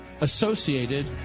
associated